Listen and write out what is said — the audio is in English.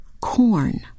corn